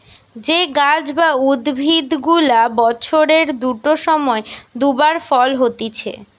যে গাছ বা উদ্ভিদ গুলা বছরের দুটো সময় দু বার ফল হতিছে